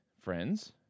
friends